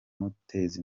imuteza